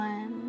One